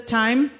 time